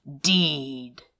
deed